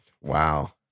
Wow